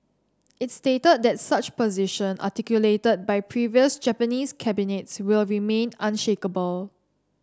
it stated that such position articulated by previous Japanese cabinets will remain unshakeable